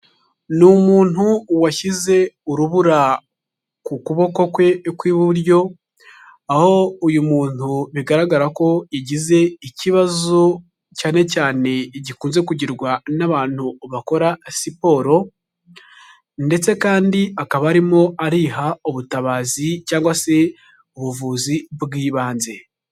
Ni umuntu washyize urubura ku kuboko kwe kw'iburyo, aho uyu muntu bigaragara ko yagize ikibazo cyane cyane gikunze kugirwa n'abantu bakora siporo, ndetse kandi akaba arimo ariha ubutabazi cyangwa se ubuvuzi bw'ibanze.